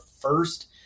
first